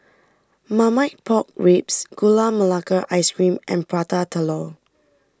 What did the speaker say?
Marmite Pork Ribs Gula Melaka Ice Cream and Prata Telur